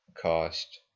cost